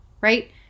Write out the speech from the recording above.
right